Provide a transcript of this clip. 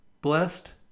blessed